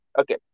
okay